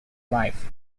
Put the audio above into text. life